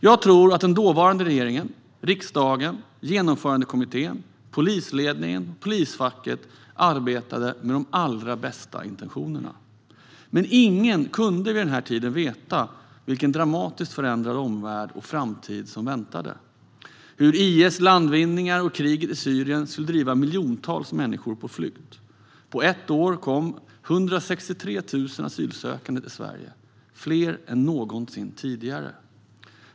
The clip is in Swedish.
Jag tror att den dåvarande regeringen, riksdagen, Genomförandekommittén, polisledningen och polisfacket arbetade med de allra bästa intentioner. Men ingen kunde vid den här tiden veta vilken dramatiskt förändrad omvärld och framtid som väntade. Man kunde inte veta hur IS landvinningar och kriget i Syrien skulle driva miljontals människor på flykt. På ett år kom 163 000 asylsökande till Sverige - fler än någonsin tidigare.